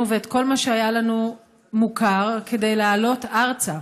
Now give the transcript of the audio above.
מכל שהיה לנו מוכר כדי לעלות ארצה.